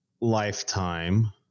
lifetime